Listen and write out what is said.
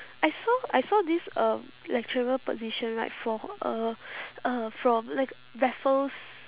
I saw I saw this um lecturer position right from uh uh from like raffles